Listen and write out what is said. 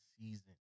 season